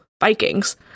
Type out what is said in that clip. Vikings